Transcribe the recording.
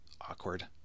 awkward